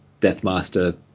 Deathmaster